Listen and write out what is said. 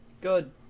good